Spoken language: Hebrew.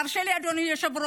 תרשה לי, תודה, אדוני היושב-ראש.